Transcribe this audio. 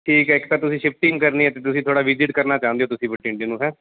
ਠੀਕ ਹੈ ਇੱਕ ਤਾਂ ਤੁਸੀਂ ਸ਼ਿਫਟਿੰਗ ਕਰਨੀ ਹੈ ਅਤੇ ਤੁਸੀਂ ਥੋੜ੍ਹਾ ਵਿਜਿਟ ਕਰਨਾ ਚਾਹੁੰਦੇ ਹੋ ਤੁਸੀਂ ਬਠਿੰਡੇ ਨੂੰ ਹੈਂ